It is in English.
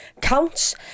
counts